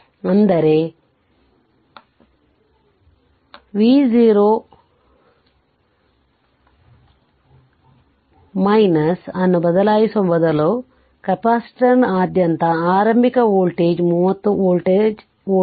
ಅಂದರೆ v0 ಅನ್ನು ಬದಲಾಯಿಸುವ ಮೊದಲು ಕೆಪಾಸಿಟರ್ನಾದ್ಯಂತ ಆರಂಭಿಕ ವೋಲ್ಟೇಜ್ 30 ವೋಲ್ಟ್ ಆಗಿತ್ತು